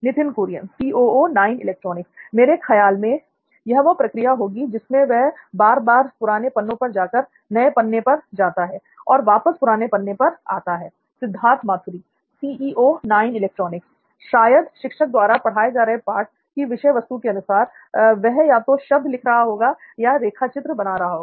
नित्थिन कुरियन मेरे ख्याल में यह वह प्रक्रिया होगी जिसमें वह बार बार पुराने पन्ने पर जाकर नए पन्ने पर आता है और वापस पुराने पन्ने पर जाता है सिद्धार्थ मातुरी शायद शिक्षक द्वारा पढ़ाए जा रहे पाठ की विषय वस्तु के अनुसार वह या तो शब्द लिख रहा होगा या रेखाचित्र बना रहा होगा